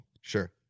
sure